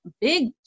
big